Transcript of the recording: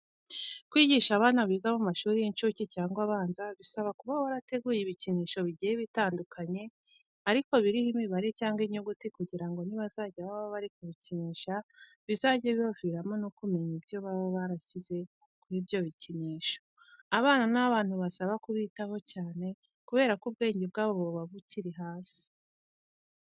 Kwigisha abana biga mu mashuri y'inshuke cyangwa abanza bisaba kuba warateguye ibikinisho bigiye bitandukanye ariko biriho imibare cyangwa inyuguti kugira ngo nibazajya baba bari kubikinisha bizajye bibaviramo no kumenya ibyo baba barashyize kuri ibyo bikinisho. Abana ni abantu basaba ko ubitaho cyane kubera ko ubwenge bwabo buba bukiri hasi.